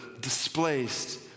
displaced